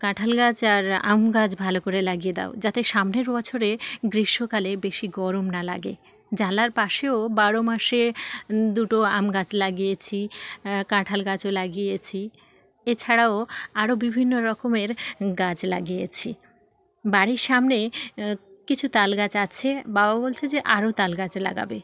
কাঁঠাল গাছ আর আম গাছ ভালো করে লাগিয়ে দাও যাতে সামনের বছরে গ্রীষ্মকালে বেশি গরম না লাগে জানলার পাশেও বারো মাসে দুটো আম গাছ লাগিয়েছি কাঁঠাল গাছও লাগিয়েছি এছাড়াও আরও বিভিন্ন রকমের গাছ লাগিয়েছি বাড়ির সামনে কিছু তালগাছ আছে বাবা বলছে যে আরও তাল গাছ লাগাবে